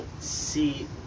see